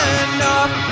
enough